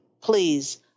please